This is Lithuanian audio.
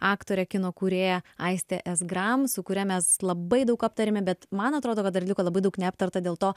aktorė kino kūrėja aistė s gram su kuria mes labai daug aptarėme bet man atrodo dar liko labai daug neaptarta dėl to